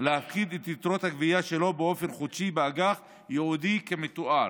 להפקיד את יתרות הגבייה שלו באופן חודשי באגף ייעודי כמתואר.